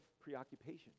preoccupation